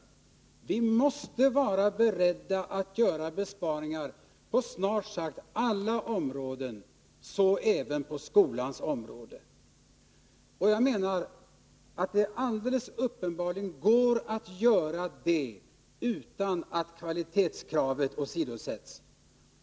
Vi måste vara beredda att göra besparingar på snart sagt alla områden, så även på skolans område. Jag menar att det alldeles uppenbart går att göra det utan att kvalitetskravet åsidosätts.